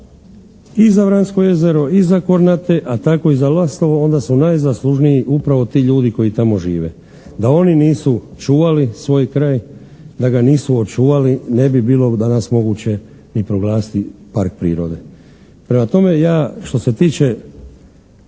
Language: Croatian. i za Vransko jezero i za Kornate a tako i za Lastovo onda su najzaslužniji upravo ti ljudi koji tamo žive. Da oni nisu čuvali svoj kraj, da ga nisu očuvali ne bi bilo danas moguće ni proglasiti park prirode. Prema tome, ja što se tiče